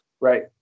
Right